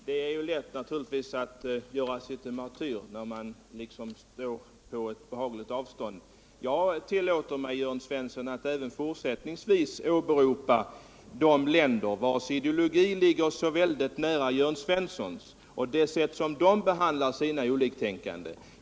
"Herr talman! Det är lätt att göra sig till martyr när man står på behagligt avstånd. Jag tillåter mig, Jörn Svensson, att även i fortsättningen åberopa de länder vars ideologi ligger så väldigt nära Jörn Svenssons, och det sätt på Alkoholpolitiska frågor Alkoholpolitiska frågor vilket de behandlar sina oliktänkande.